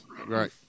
right